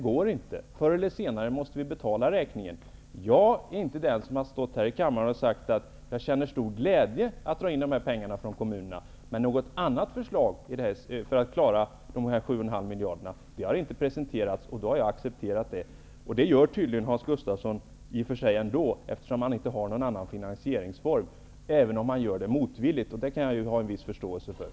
Förr eller senare måste räkningen betalas. Jag är inte den som här i kammaren har sagt att jag känner stor glädje över att dra in dessa pengar från kommunerna. Något annat förslag när det gäller de 7,5 miljarderna har emellertid inte presenterat, vilket jag har accepterat. Det gör i och för sig även Hans Gustafsson -- även om han gör det motvilligt, vilket jag kan ha viss förståelse för -- eftersom han inte har någon annan finansieringsform att presentera.